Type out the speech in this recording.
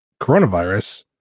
coronavirus